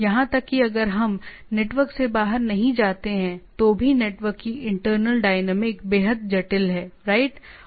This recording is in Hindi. यहां तक कि अगर हम नेटवर्क से बाहर नहीं जाते हैं तो भी नेटवर्क की इंटरनल डायनामिक बेहद जटिल है राइट